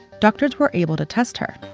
doctors were able to test her.